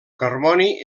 carboni